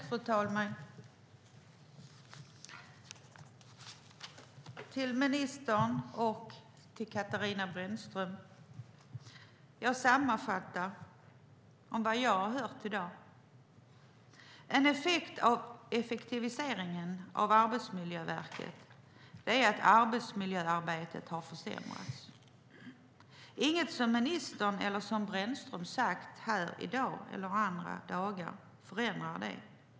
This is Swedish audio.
Fru talman! Ministern och Katarina Brännström! Jag sammanfattar vad jag har hört i dag. En effekt av effektiviseringen av Arbetsmiljöverket är att arbetsmiljöarbetet har försämrats. Inget som ministern eller som Brännström har sagt här i dag eller andra dagar förändrar det.